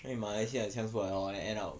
因为马来西亚的腔出来 hor then end up